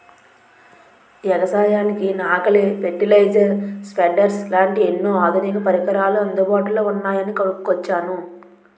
ఎగసాయానికి నాగలి, fertilizer, spreaders లాంటి ఎన్నో ఆధునిక పరికరాలు అందుబాటులో ఉన్నాయని కొనుక్కొచ్చాను